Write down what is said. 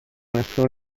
nessun